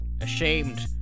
ashamed